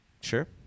Sure